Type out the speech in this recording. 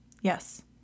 Yes